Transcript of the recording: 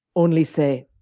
only say,